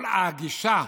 כל הגישה